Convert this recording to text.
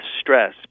stress